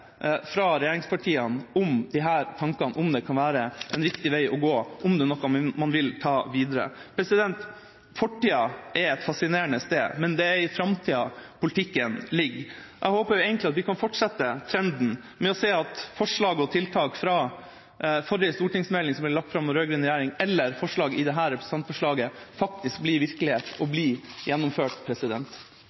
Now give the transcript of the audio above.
fra regjeringspartiene om disse tankene, om dette kan være en riktig vei å gå, og om det er noe man vil ta videre. Fortida er et fascinerende sted, men det er i framtida politikken ligger. Jeg håper egentlig at vi kan fortsette trenden med å se at forslag og tiltak fra den forrige stortingsmeldinga, som ble lagt fram av den rød-grønne regjeringa, eller forslag i dette representantforslaget faktisk blir virkelighet og blir gjennomført.